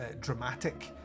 dramatic